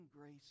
grace